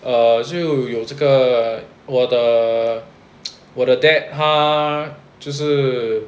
err 就有这个我的 我的 dad 他就是